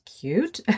cute